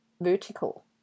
vertical